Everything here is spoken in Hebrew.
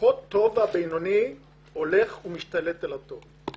הפחות טוב והבינוני הולך ומשתלט על הטוב.